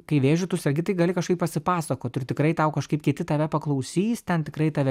kai vėžiu tu sergi tai gali kažkaip pasipasakot ir tikrai tau kažkaip kiti tave paklausys ten tikrai tave